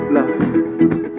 Love